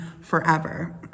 forever